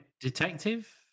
detective